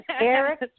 Eric